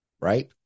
right